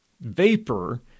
vapor